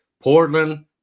Portland –